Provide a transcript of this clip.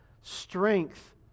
Strength